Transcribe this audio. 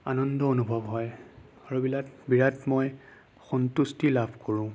আনন্দ অনুভৱ হয় আৰু বিৰাট মই সন্তুষ্টি লাভ কৰোঁ